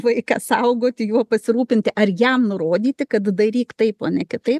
vaiką saugoti juo pasirūpinti ar jam nurodyti kad daryk taip o ne kitaip